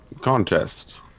contest